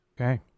okay